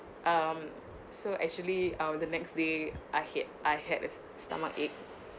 um so actually !ow! the next day I had I had a stomachache